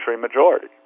majority